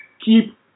Keep